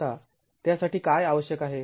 आता त्यासाठी काय आवश्यक आहे